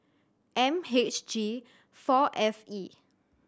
M H G four F E